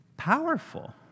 powerful